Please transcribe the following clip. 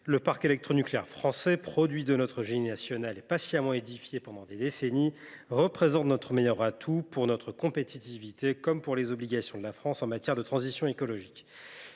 Le parc électronucléaire français, produit de notre génie national patiemment édifié pendant des décennies, représente notre meilleur atout pour notre compétitivité comme pour les obligations de la France en matière de transition écologique.